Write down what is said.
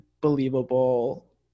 believable